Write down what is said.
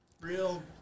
real